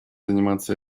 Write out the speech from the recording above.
заниматься